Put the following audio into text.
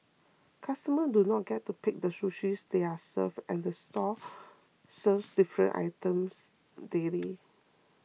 customers do not get to pick the sushi they are served and the store serves different items daily